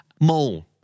Mole